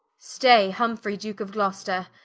stay humfrey, duke of gloster,